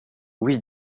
oui